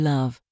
Love